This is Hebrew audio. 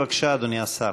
בבקשה, אדוני השר.